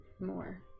more